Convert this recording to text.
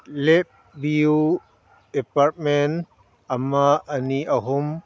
ꯂꯦꯛ view apartment ꯑꯃ ꯑꯅꯤ ꯑꯍꯨꯝ